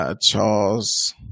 Charles